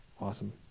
Awesome